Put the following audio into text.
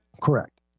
correct